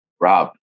Rob